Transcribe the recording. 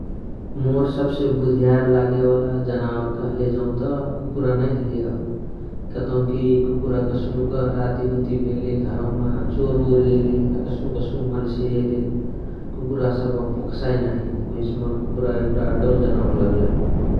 मोर सबसे बुधियार लाअगे वाला जनावार कहले जौत कुकुरा नै हलिय । कतौकी कुकुरा कस्नुक राती ओति भेले घरवमा चोर ओर एइले अ कस्नुक कस्नुक मन्से एइले कुकुरा सबह भोकसाइ नत । उहेसे मोर कुकुरा एगुणा डौल जनावर लगलही ।